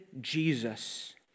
Jesus